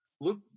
Look